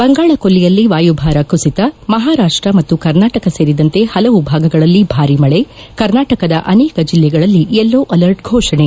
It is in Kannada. ಬಂಗಾಳ ಕೊಲ್ಲಿಯಲ್ಲಿ ವಾಯುಭಾರ ಕುಸಿತ ಮಹಾರಾಷ್ಷ ಮತ್ತು ಕರ್ನಾಟಕ ಸೇರಿದಂತೆ ಹಲವು ಭಾಗಗಳಲ್ಲಿ ಭಾರಿ ಮಳೆ ಕರ್ನಾಟಕದ ಅನೇಕ ಜಿಲ್ಲೆಗಳಲ್ಲಿ ಯೆಲ್ಲೋ ಅಲರ್ಟ್ ಘೋಷಣೆ